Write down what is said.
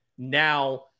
Now